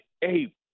hey